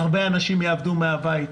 הרבה אנשים יעבדו מהבית,